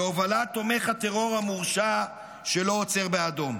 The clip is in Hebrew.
בהובלת תומך הטרור המורשע שלא עוצר באדום.